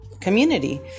community